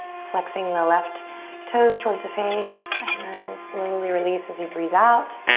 flexing the left toes towards the face, and then slowly release as you breathe out.